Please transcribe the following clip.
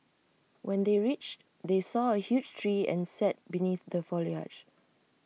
when they reached they saw A huge tree and sat beneath the foliage